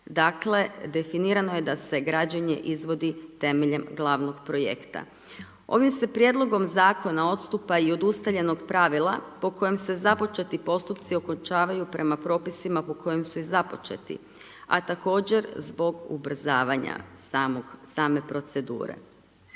Dakle, definirano je da se građenje izvodi temeljem glavnog projekta. Ovim se prijedlogom zakona odstupa i od ustaljenog pravila po kojem se započeti postupci okončavaju prema propisima po kojim su i započeti, a također zbog ubrzavanja same procedure.